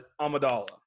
Amadala